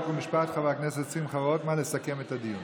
חוק ומשפט חבר הכנסת שמחה רוטמן לסכם את הדיון.